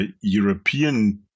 European